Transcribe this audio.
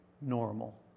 normal